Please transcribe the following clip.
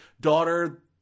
daughter